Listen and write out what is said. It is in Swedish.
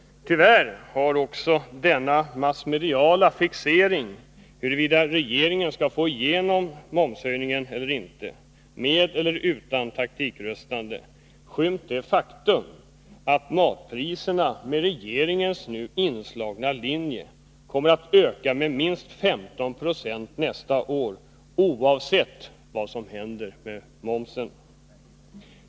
Tyvärr har också denna massmediala fixering vid frågan huruvida regeringen skall få igenom momshöjningen eller inte, med eller utan taktikröstande, skymt det faktum att matpriserna enligt den linje som regeringen nu slagit in på kommer att öka med minst 15 22 nästa år, oavsett vad som händer med momsen.